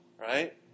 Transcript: right